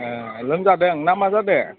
ए लोमजादों ना मा जादों